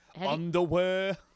underwear